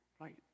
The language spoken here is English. right